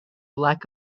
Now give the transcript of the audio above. lack